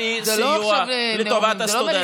ויוכלו להביא סיוע לטובת הסטודנטים.